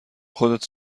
خودت